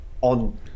on